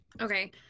Okay